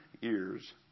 years